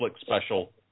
special